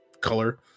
color